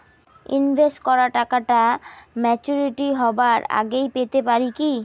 Invest করা টাকা maturity হবার আগেই পেতে পারি কি?